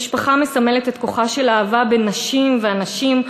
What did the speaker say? המשפחה מסמלת את כוחה של אהבה בין נשים ואנשים,